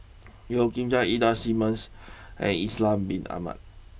Yeo Kian Chye Ida Simmons and Ishak Bin Ahmad